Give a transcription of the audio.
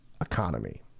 economy